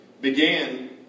Began